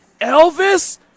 Elvis